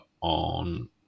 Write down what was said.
on